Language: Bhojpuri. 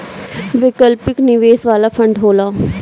वैकल्पिक निवेश वाला फंड होला